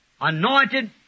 anointed